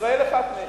אחת מהן.